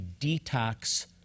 detox